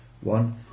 One